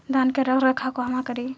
धान के रख रखाव कहवा करी?